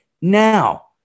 now